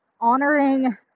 honoring